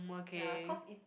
ya cause it